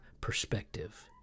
perspective